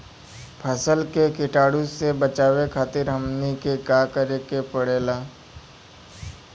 फसल के कीटाणु से बचावे खातिर हमनी के का करे के पड़ेला?